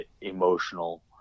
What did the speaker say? emotional